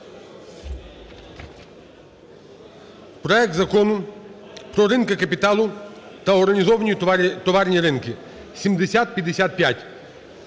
проект Закону про ринки капіталу та організовані товарні ринки (7055).